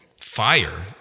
Fire